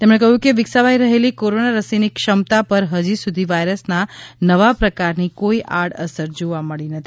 તેમણે કહ્યું કે વિકસાવાઈ રહેલી કોરોના રસીની ક્ષમતા પર હજી સુધી વાયરસના નવા પ્રકારની કોઈ આડઅસર જોવા મળી નથી